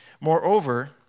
Moreover